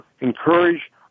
encourage